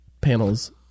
panels